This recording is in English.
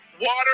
water